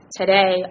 today